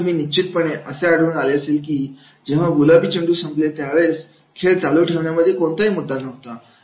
नंतर तुम्हाला निश्चितपणे असे आढळून आले असेल की जेव्हा गुलाबी चेंडू संपले त्या वेळेस खेळ चालू ठेवण्यामध्ये कोणताही मुद्दा नव्हता